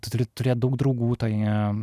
tu turi turėt daug draugų toje